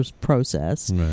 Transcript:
process